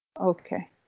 Okay